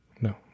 no